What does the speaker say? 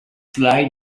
slide